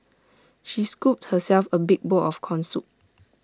she scooped herself A big bowl of Corn Soup